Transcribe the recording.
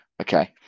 Okay